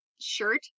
shirt